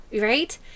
Right